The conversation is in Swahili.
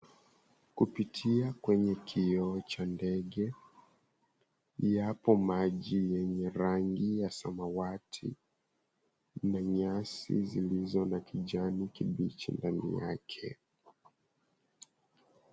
kupitia kwenye kioo cha ndege yapo maji yenye rangi ya samawati na nyasi zilizo za kijani kibichi ndani yake.